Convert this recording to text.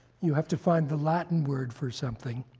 you have to find the latin word for something.